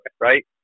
right